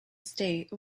state